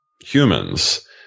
humans